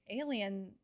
alien